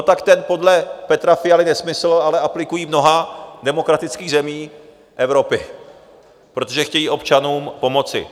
Tak ten podle Petra Fialy nesmysl ale aplikují v mnoha demokratických zemích Evropy, protože chtějí občanům pomoci.